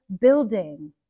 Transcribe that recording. building